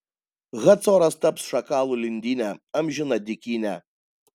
hacoras taps šakalų lindyne amžina dykyne